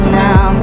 now